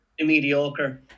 mediocre